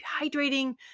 hydrating